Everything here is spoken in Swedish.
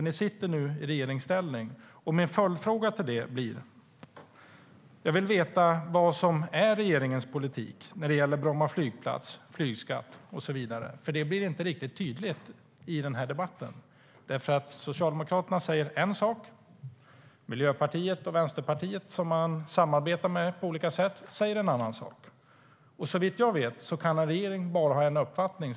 Ni sitter nu i regeringsställning, och min följdfråga blir då: Vad är regeringens politik när det gäller Bromma flygplats, flygskatt och så vidare? Det framgår inte riktigt tydligt i den här debatten. Socialdemokraterna säger en sak. Miljöpartiet och Vänsterpartiet, som man samarbetar med på olika sätt, säger en annan sak. Såvitt jag vet kan en regering ha bara en uppfattning.